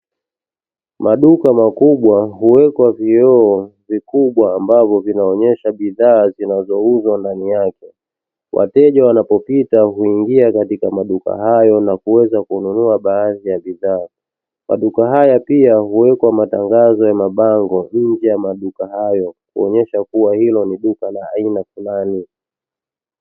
Maduka makubwa huwekwa vioo vikubwa ambavyo vinaonyesha bidhaa zinazouzwa ndani yake wateja wanapopita huingia katika maduka hayo na kuweza kununua baadhi ya bidhaa maduka haya, pia huwekwa matangazo ya mabango nje ya maduka hayo kuonyesha kuwa hilo ni duka la aina fulani.